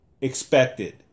Expected